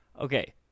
Okay